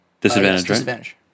Disadvantage